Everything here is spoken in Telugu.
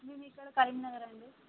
మేము ఇక్కడ కరీంనగర్ అండి